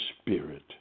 spirit